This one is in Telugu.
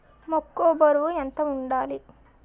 మొక్కొ బరువు ఎంత వుండాలి?